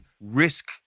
risk